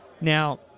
Now